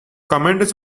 commanders